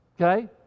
Okay